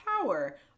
power